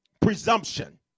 Presumption